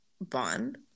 Bond